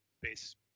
base